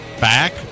back